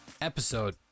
episode